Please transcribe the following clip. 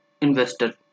investor